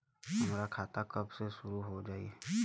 हमार खाता कब से शूरू हो जाई?